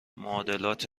معادلات